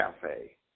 cafe